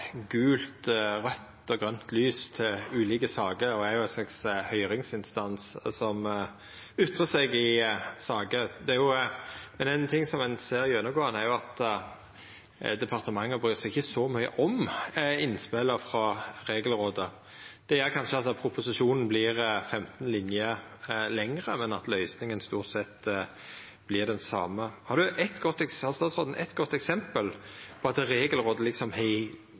gult, raudt og grønt lys i saker, og er ein høyringsinstans som ytrar seg i saker. Men ein ting ein ser gjennomgåande, er at departementet ikkje bryr seg så mykje om innspela frå Regelrådet. Det gjer kanskje at proposisjonen vert 15 linjer lengre, men at løysinga stort sett vert den same. Har statsråden eitt godt eksempel på at Regelrådet har hindra at me gjorde noko som var dumt, og verkeleg bidratt til at regelverket har